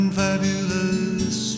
fabulous